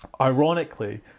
Ironically